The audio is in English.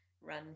run